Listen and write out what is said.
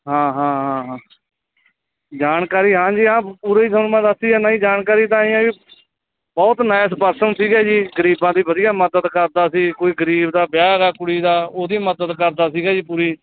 ਹਾਂ ਹਾਂ ਹਾਂ ਹਾਂ ਜਾਣਕਾਰੀ ਹਾਂਜੀ ਹਾਂ ਪੂਰੀ ਤੁਹਾਨੂੰ ਮੈਂ ਦੱਸੀ ਜਾਂਦਾ ਜੀ ਜਾਣਕਾਰੀ ਤਾਂ ਐਂ ਆ ਵੀ ਬਹੁਤ ਨਾਈਸ ਪਰਸਨ ਸੀਗੇ ਜੀ ਗਰੀਬਾਂ ਦੀ ਵਧੀਆ ਮਦਦ ਕਰਦਾ ਸੀ ਕੋਈ ਗਰੀਬ ਦਾ ਵਿਆਹ ਹੈਗਾ ਕੁੜੀ ਦਾ ਉਹਦੀ ਮਦਦ ਕਰਦਾ ਸੀਗਾ ਜੀ ਪੂਰੀ